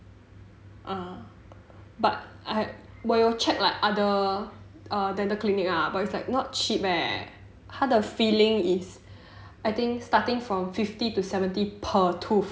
err but I 我有 check like other clinic ah but it's like not cheap eh 他的 filling is I think starting from fifty to seventy per tooth